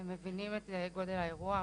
הם מבינים את גודל האירוע,